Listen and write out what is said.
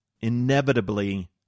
inevitably